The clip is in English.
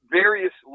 various